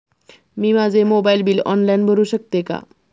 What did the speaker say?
मी माझे mobile bill online भरू शकते का?